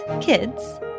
kids